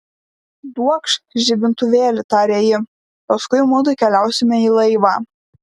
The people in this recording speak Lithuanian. duokš žibintuvėlį tarė ji paskui mudu keliausime į laivą